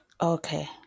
okay